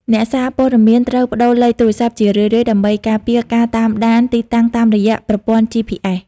អ្នកសារព័ត៌មានត្រូវប្តូរលេខទូរស័ព្ទជារឿយៗ ដើម្បីការពារការតាមដានទីតាំងតាមរយៈប្រព័ន្ធ GPS។